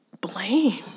blame